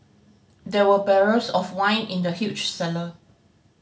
there were barrels of wine in the huge cellar